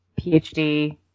PhD